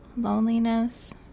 loneliness